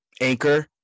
Anchor